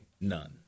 none